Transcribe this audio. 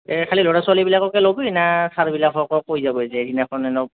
এই খালী ল'ৰা ছোৱালীবিলাককে ল'বি না ছাৰবিলাকক কৈ যাব যে ইদিনাখন এক